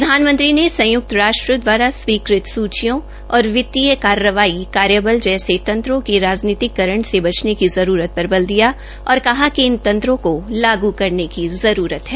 प्रधानमंत्री ने संयुक्त राष्ट्र द्वारा स्वीकृत सूचियों और वितीय कार्रवाई कार्य बल जैसे तंत्रों के राजनीतिकरण से बचने की जरूरत पर बल दिया और कहा कि इन तंत्रों को लागू करने की आवश्यकता है